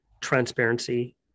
transparency